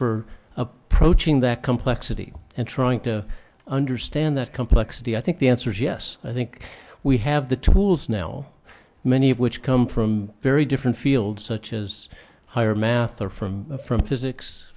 approaching that complexity and trying to understand that complexity i think the answer is yes i think we have the tools now many of which come from very different fields such as higher math or from from physics